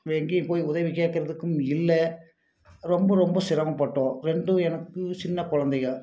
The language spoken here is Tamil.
எங்கேயும் போய் உதவி கேட்குறதுக்கும் இல்லை ரொம்ப ரொம்ப சிரமப்பட்டோம் ரெண்டும் எனக்கு சின்ன கொழந்தைக